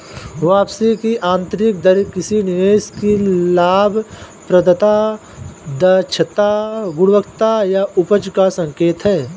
वापसी की आंतरिक दर किसी निवेश की लाभप्रदता, दक्षता, गुणवत्ता या उपज का संकेत है